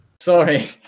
Sorry